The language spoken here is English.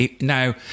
now